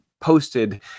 posted